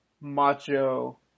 macho